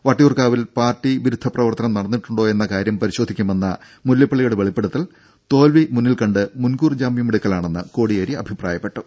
വട്ടിയൂർക്കാവിൽ പാർട്ടി വിരുദ്ധപ്രവർത്തനം നടന്നിട്ടുണ്ടോയെന്ന കാര്യം പരിശോധിക്കുമെന്ന മുല്ലപ്പള്ളിയുടെ വെളിപ്പെടുത്തൽ തോൽവി മുന്നിൽക്കണ്ട് മുൻകൂർ ജാമ്യമെടുക്കലാണെന്ന് കോടിയേരി അഭിപ്രായപ്പെട്ടു